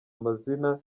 amazina